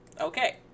okay